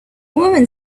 woman